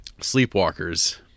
Sleepwalkers